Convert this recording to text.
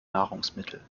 nahrungsmittel